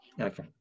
okay